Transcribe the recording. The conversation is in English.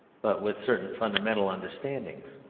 but with certain fundamental understandings.